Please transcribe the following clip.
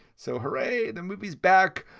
so hurray. the movie's back.